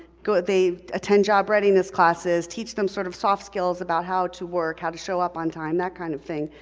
they attend job readiness classes, teach them sort of soft skills about how to work, how to show up on time, that kind of thing,